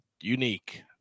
unique